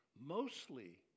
mostly